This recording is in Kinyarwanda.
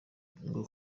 ngo